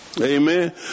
Amen